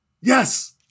Yes